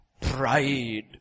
pride